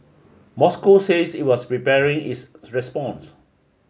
Moscow said it was preparing its response